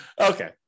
Okay